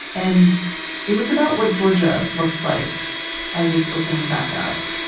and it was about what georgia looks like as it's opening back up.